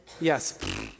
yes